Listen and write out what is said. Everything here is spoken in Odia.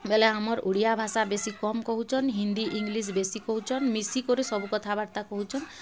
ବେଲେ ଆମର୍ ଓଡ଼ିଆ ଭାଷା ବେଶୀ କମ୍ କହୁଚନ୍ ହିନ୍ଦୀ ଇଂଲିଶ୍ ବେଶୀ କହୁଚନ୍ ମିଶିକରି ସବୁ କଥାବାର୍ତ୍ତା କହୁଚନ୍